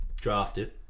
drafted